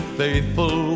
faithful